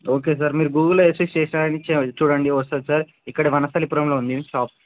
okay sir మీరు గూగుల్లో AC stationery చ చూడండి వస్తుంది సార్ ఇక్కడ వనస్థలిపురంలో ఉంది షాప్